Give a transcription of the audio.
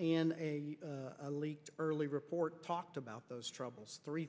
and a leaked early report talked about those troubles three